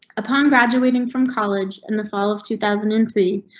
appan graduating from college in the fall of two thousand and three,